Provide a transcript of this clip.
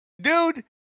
dude